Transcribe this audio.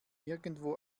nirgendwo